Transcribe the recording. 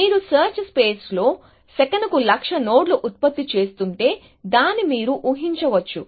మీరు search space లో సెకనుకు లక్ష నోడ్ల ఉత్పత్తి చేస్తుంటే దాన్ని మీరు ఊహించవచ్చు